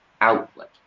outlet